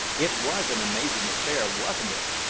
it was an amazing affair, wasn't it?